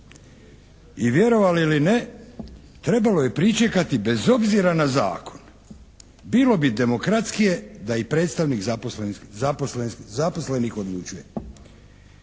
i vjerovali ili ne trebalo je pričekati bez obzira na zakon, bilo bi demokratskije da i predstavnik zaposlenih odlučuje.